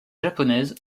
japonaise